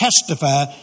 testify